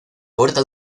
corta